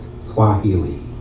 Swahili